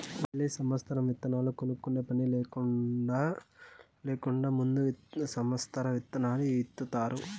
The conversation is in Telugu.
మళ్ళీ సమత్సరం ఇత్తనాలు కొనుక్కునే పని లేకుండా ముందు సమత్సరం ఇత్తనాలు ఇత్తుతారు